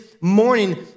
morning